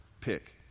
pick